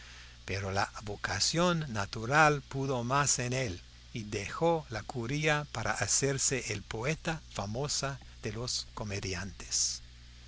pero la vocación natural pudo más en él y dejó la curia para hacerse el poeta famoso de los comediantes